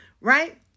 right